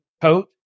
coat